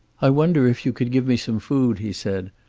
i wonder if you could give me some food? he said.